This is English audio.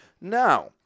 Now